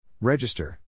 Register